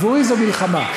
עבורי זו מלחמה.